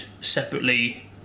separately